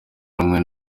rumwe